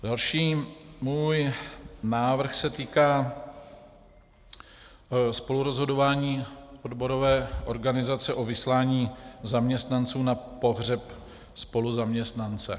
Další můj návrh se týká spolurozhodování odborové organizace o vyslání zaměstnanců na pohřeb spoluzaměstnance.